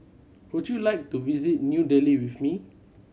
would you like to visit New Delhi with me